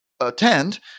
attend